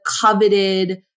coveted